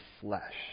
flesh